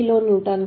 kilonewton